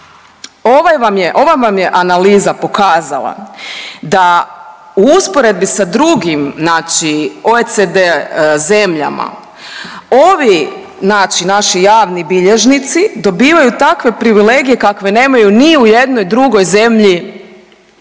ova vam je analiza pokazala da u usporedbi sa drugim znači OECD zemljama ovi znači naši javni bilježnici dobivaju takve privilegije kakve nemaju ni u jednoj drugoj zemlji